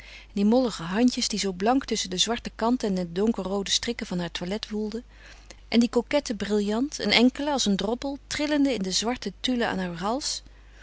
die mollige handjes die zoo blank tusschen de zwarte kant en de donkerroode strikken van haar toilet woelden en die coquette brillant een enkele als een droppel trillende in de zwarte tulle aan heur hals